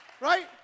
right